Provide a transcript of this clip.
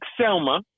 Selma